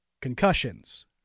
concussions